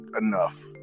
enough